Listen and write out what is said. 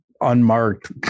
unmarked